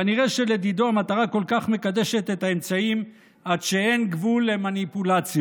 כנראה שלדידו המטרה כל כך מקדשת את האמצעים עד שאין גבול למניפולציות.